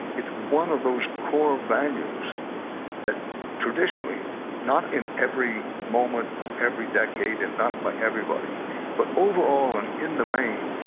it's one of those core values that traditionally not in every moment of every decade and not by everybody but overall and in the main,